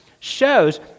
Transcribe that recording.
Shows